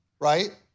right